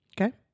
Okay